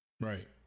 right